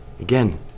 Again